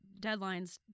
deadlines